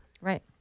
Right